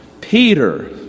Peter